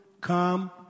come